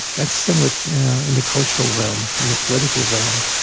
that's similar in the cultural realm, and the political realm.